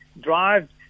drive